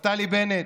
נפתלי בנט,